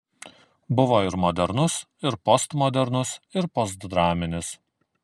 buvo ir modernus ir postmodernus ir postdraminis